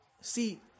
See